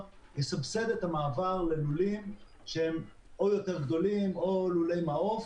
יסבסד את המעבר ללולים שהם או יותר גדולים או לולי מעוף